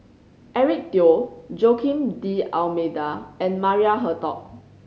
Eric Teo Joaquim D'Almeida and Maria Hertogh